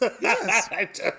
Yes